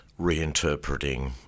reinterpreting